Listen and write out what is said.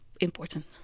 important